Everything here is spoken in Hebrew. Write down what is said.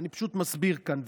אני פשוט מסביר כאן,